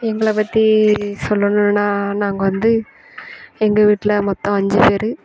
எங்களை பற்றி சொல்லணுன்னா நாங்கள் வந்து எங்கள் வீட்டில் மொத்தம் அஞ்சு பெயரு